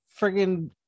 friggin